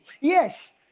yes